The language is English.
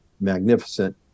magnificent